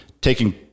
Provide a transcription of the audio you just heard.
taking